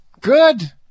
Good